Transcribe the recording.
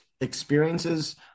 experiences